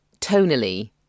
tonally